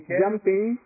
jumping